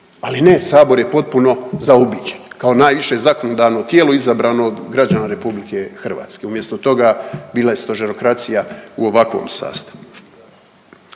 Ali ne Sabor je potpuno zaobiđen kao najviše zakonodavno tijelo izabrano od građana RH, umjesto toga bila je stožerokracija u ovakvom sastavu.